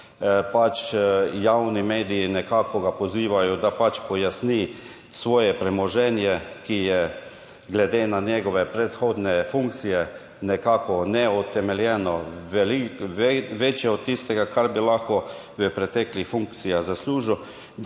Pač, javni mediji ga pozivajo, da pojasni svoje premoženje, ki je glede na njegove predhodne funkcije nekako neutemeljeno, veliko večje od tistega, kar bi lahko v preteklih funkcijah zaslužil.